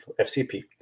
FCP